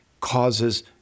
causes